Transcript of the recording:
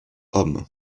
homme